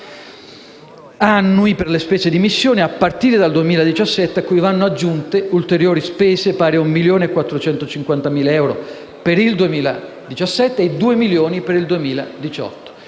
annui per le spese di missione, a partire dal 2017, cui vanno aggiunte ulteriori spese pari a 1,450 milioni di euro per il 2017 e a 2 milioni circa a